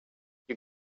you